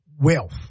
wealth